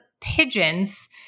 pigeons